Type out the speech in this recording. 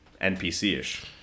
NPC-ish